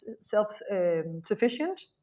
self-sufficient